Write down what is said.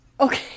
Okay